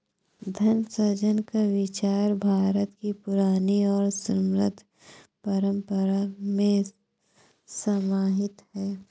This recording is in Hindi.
धन सृजन का विचार भारत की पुरानी और समृद्ध परम्परा में समाहित है